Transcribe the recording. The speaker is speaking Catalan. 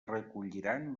recolliran